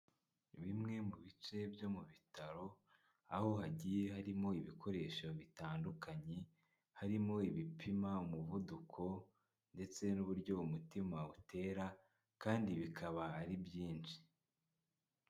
Bimwe mu bice byo mu bitaro, aho hagiye harimo ibikoresho bitandukanye, harimo ibipima umuvuduko, ndetse n'uburyo umutima utera, kandi bikaba ari byinshi.